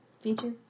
feature